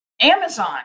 Amazon